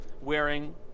wearing